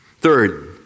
Third